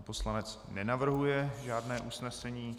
Pan poslanec nenavrhuje žádné usnesení.